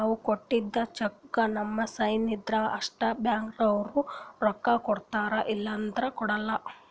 ನಾವ್ ಕೊಟ್ಟಿದ್ದ್ ಚೆಕ್ಕ್ದಾಗ್ ನಮ್ ಸೈನ್ ಇದ್ರ್ ಅಷ್ಟೇ ಬ್ಯಾಂಕ್ದವ್ರು ರೊಕ್ಕಾ ಕೊಡ್ತಾರ ಇಲ್ಲಂದ್ರ ಕೊಡಲ್ಲ